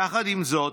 יחד עם זאת,